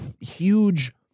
huge